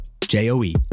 J-O-E